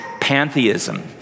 pantheism